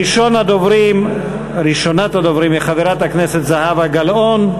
ראשונת הדוברים היא חברת הכנסת זהבה גלאון.